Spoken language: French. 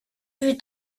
vue